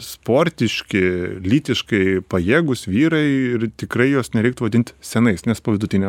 sportiški lytiškai pajėgūs vyrai ir tikrai juos nereiktų vadinti senais nes po vidutinio